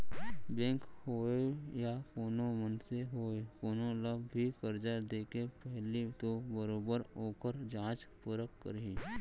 bank होवय या कोनो मनसे होवय कोनो ल भी करजा देके पहिली तो बरोबर ओखर जाँच परख करही